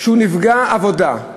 שהוא נפגע עבודה,